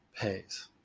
pays